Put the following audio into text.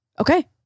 Okay